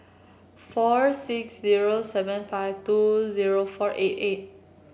four six zero seven five two zero four eight eight